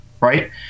right